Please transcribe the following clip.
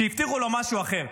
כשהבטיחו לו משהו אחר?